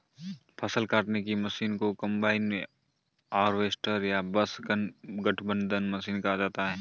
फ़सल काटने की मशीन को कंबाइन हार्वेस्टर या बस गठबंधन मशीन कहा जाता है